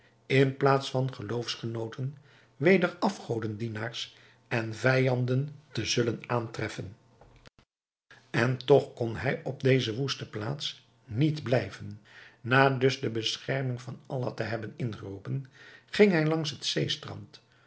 in plaats van geloofsgenooten weder afgodendienaars en vijanden te zullen aantreffen en toch kon hij op deze woeste plaats niet blijven na dus de bescherming van allah te hebben ingeroepen ging hij langs het zeestrand